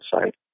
site